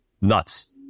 nuts